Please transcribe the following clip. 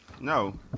No